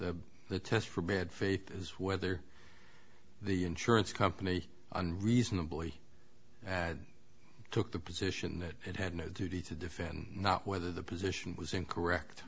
th the test for bad faith is whether the insurance company and reasonably ad took the position that it had no duty to defend not whether the position was incorrect